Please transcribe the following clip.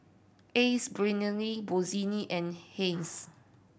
Ace Brainery Bossini and Heinz